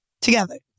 Together